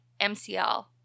mcl